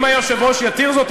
אם היושב-ראש יתיר זאת,